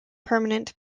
permanent